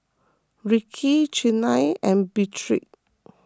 Rickey Chynna and Beatrix